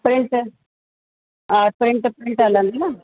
print हा print print हलंदी न